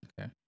Okay